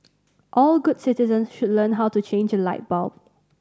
all good citizens should learn how to change a light bulb